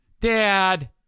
Dad